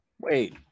Wait